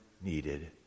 needed